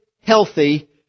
healthy